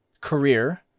career